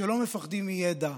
שלא מפחדים מידע.